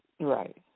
Right